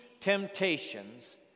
temptations